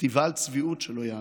פסטיבל צביעות שלא ייאמן.